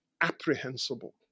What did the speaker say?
apprehensible